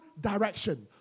direction